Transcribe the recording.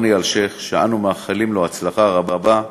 רוני אלשיך, שאנו מאחלים לו הצלחה רבה,